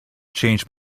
changed